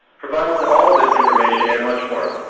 provides all of this information and much more.